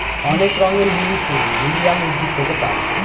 অনেক রঙের লিলি ফুল লিলিয়াম উদ্ভিদ থেকে পায়